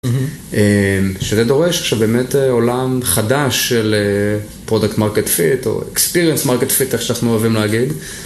שזה דורש עכשיו באמת עולם חדש של פרודקט מרקט פיט או אקספיריאנס מרקט פיט, איך שאנחנו אוהבים להגיד.